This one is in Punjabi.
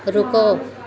ਰੁਕੋ